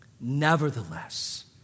Nevertheless